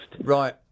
Right